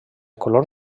color